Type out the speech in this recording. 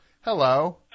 Hello